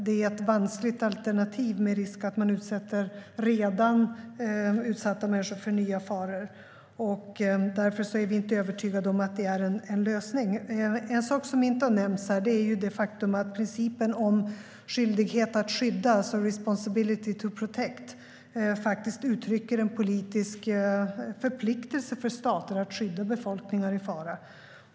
Det är ett vanskligt alternativ med risk för att man utsätter redan utsatta människor för nya faror. Därför är vi inte övertygade om att det är en lösning. En sak som inte har nämnts här är det faktum att principen om skyldighet att skydda, alltså responsibility to protect, faktiskt uttrycker en politisk förpliktelse för stater att skydda befolkningar i fara.